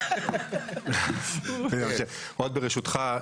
עוד ברשותך,